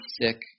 sick